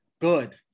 good